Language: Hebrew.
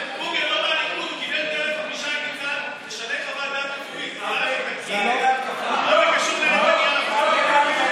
הוא קיבל טלפון משי ניצן: שנה את חוות הדעת,